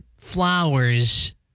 Flowers